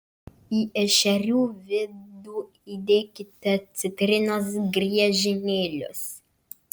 į ešerių vidų įdėkite citrinos griežinėlius